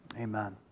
amen